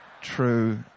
true